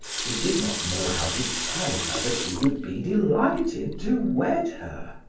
he did not know how to tell her that he would be delighted to wed her.